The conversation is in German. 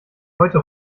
heute